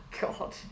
god